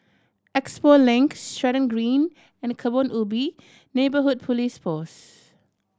Expo Link Stratton Green and Kebun Ubi Neighbourhood Police Post